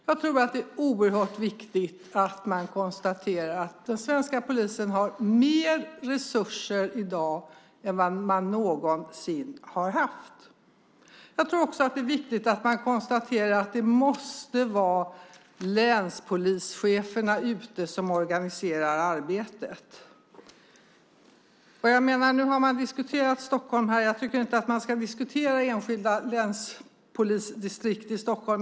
Jag tror att det är oerhört viktigt att man konstaterar att den svenska polisen har större resurser än man någonsin har haft och att det måste vara länspolischeferna som organiserar arbetet. Nu har man diskuterat Stockholm här. Jag tycker inte att man ska diskutera enskilda länspolisdistrikt i Stockholm.